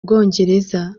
bwongereza